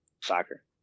Soccer